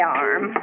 arm